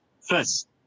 First